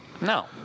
No